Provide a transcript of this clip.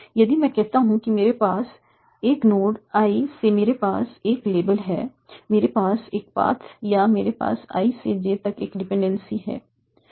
यदि मैं कहता हूं कि मेरे पास एक नोड i से मेरे पास एक लेबल है मेरे पास एक पाथ है या मेरे पास i से j तक एक डिपेंडेंसी है